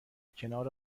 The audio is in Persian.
کنار